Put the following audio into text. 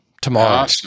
Tomorrow